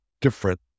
different